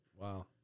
Wow